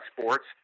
sports